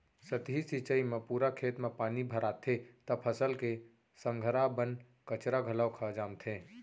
सतही सिंचई म पूरा खेत म पानी भराथे त फसल के संघरा बन कचरा घलोक ह जामथे